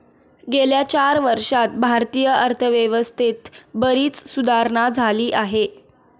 गेल्या चार वर्षांत भारतीय अर्थव्यवस्थेत बरीच सुधारणा झाली आहे